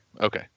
okay